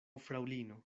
fraŭlino